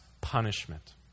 punishment